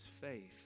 faith